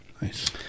Nice